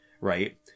right